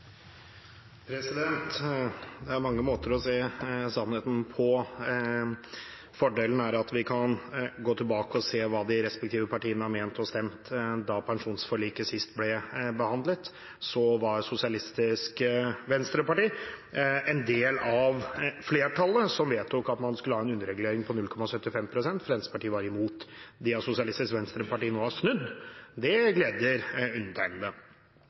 generasjoner. Det er mange måter å se sannheten på. Fordelen er at vi kan gå tilbake og se hva de respektive partiene mente og stemte da pensjonsforliket sist ble behandlet. Sosialistisk Venstreparti var en del av flertallet, som vedtok at man skulle ha en underregulering på 0,75 pst. Fremskrittspartiet var imot. At Sosialistisk Venstreparti har snudd, gleder undertegnede.